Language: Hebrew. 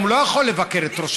מינהליים.